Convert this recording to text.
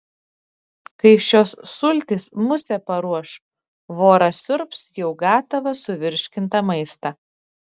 kai šios sultys musę paruoš voras siurbs jau gatavą suvirškintą maistą